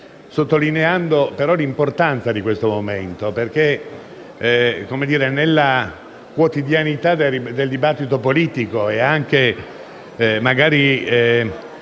sottolineando però l'importanza di questo momento, perché nella quotidianità del dibattito politico e anche magari